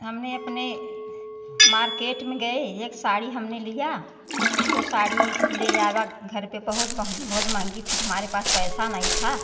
हमें अपने मार्केट में गए एक साड़ी हमने लिया वह साड़ी ले आवा घर पर बहुत मह बहुत महंगी थी हमारे पास पैसा नहीं था